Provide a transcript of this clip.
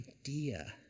idea